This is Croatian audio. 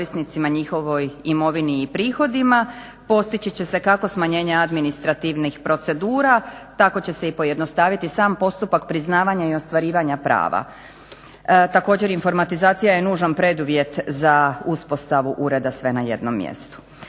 njihovoj imovini i prihodima postići će se kako smanjenja administrativnih procedura tako će se pojednostaviti i sam postupak priznavanja i ostvarivanja prava. Također informatizacija je nužan preduvjet za uspostavu ureda sve na jednom mjestu.